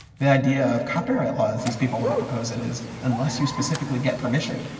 the idea of copyright laws is people want to propose it is, unless you specifically get permission,